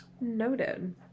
Noted